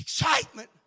Excitement